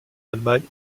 allemagne